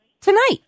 tonight